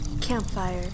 Campfire